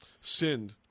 sinned